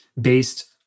based